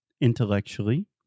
intellectually